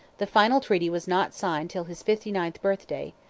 the final treaty was not signed till his fifty-ninth birthday,